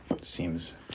seems